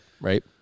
Right